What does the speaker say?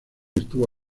estuvo